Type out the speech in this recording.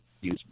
use